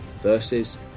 versus